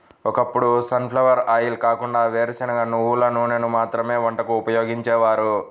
ఒకప్పుడు sunflower oil కాకుండా వేరుశనగ, నువ్వుల నూనెను మాత్రమే వంటకు ఉపయోగించేవారు